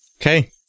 Okay